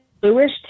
bluish